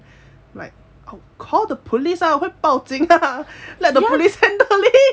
like I'll call the police ah 我会报警 lah like let the police handle it